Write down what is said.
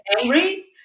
angry